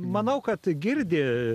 manau kad girdi